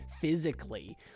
physically